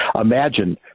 Imagine